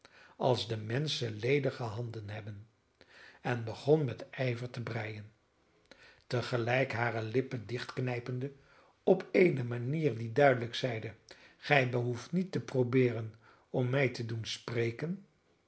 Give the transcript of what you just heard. als de menschen ledige handen hebben en begon met ijver te breien tegelijk hare lippen dichtknijpende op eene manier die duidelijk zeide gij behoeft niet te probeeren om mij te doen spreken